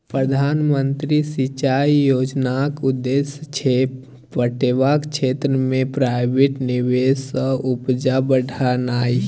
प्रधानमंत्री सिंचाई योजनाक उद्देश्य छै पटेबाक क्षेत्र मे प्राइवेट निबेश सँ उपजा बढ़ेनाइ